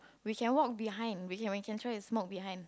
we can walk behind we can we can try to smoke behind